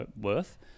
worth